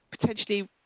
potentially